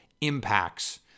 impacts